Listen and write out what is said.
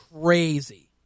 crazy